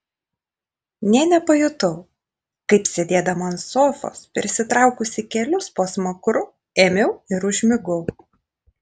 nė nepajutau kaip sėdėdama ant sofos prisitraukusi kelius po smakru ėmiau ir užmigau